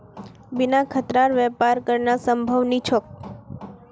बिना खतरार व्यापार करना संभव नी छोक